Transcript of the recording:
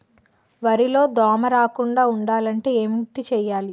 వరిలో దోమ రాకుండ ఉండాలంటే ఏంటి చేయాలి?